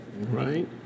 Right